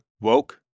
Woke